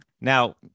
Now